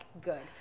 good